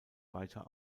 weiter